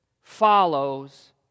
follows